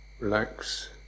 relax